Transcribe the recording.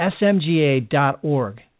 smga.org